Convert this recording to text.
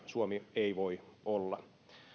suomi ei voi olla ilman uskottavia ilmavoimia